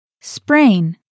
sprain